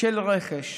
של רכש.